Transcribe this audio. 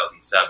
2007